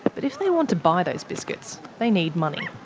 but but if they want to buy those biscuits, they need money.